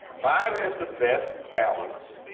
five has the best balance